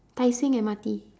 tai-seng M_R_T